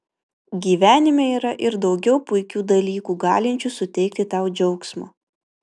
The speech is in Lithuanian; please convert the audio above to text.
gyvenime yra ir daugiau puikių dalykų galinčių suteikti tau džiaugsmo